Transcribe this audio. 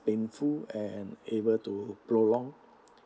painful and able to prolong